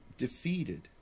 defeated